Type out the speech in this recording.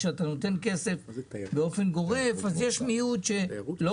כשנותנים כסף באופן גורף יש מיעוט שלא